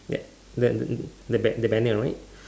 th~ th~ th~ th~ the banner right